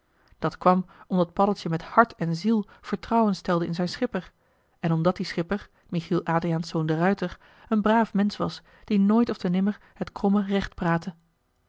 dat kwam omdat paddeltje met hart en ziel vertrouwen stelde in zijn schipper en omdat die schipper michiel adriaenszoon de ruijter een braaf mensch was die nooit ofte nimmer het kromme recht praatte